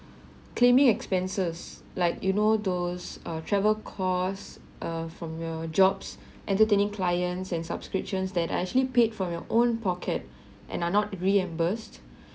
claiming expenses like you know those err travel cost err from your jobs entertaining clients and subscriptions that are actually paid from your own pocket and are not reimbursed